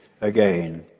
again